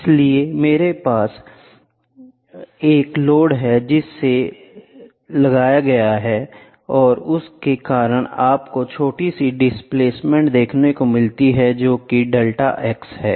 इसलिए मेरे पास एक लोड है जिससे लगाया जाता है और उसके कारण आप को छोटी सी डिस्प्लेसमेंट देखने को मिलती है जो की डेल्टा x है